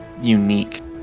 unique